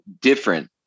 different